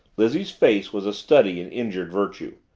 lizzie's face was a study in injured virtue.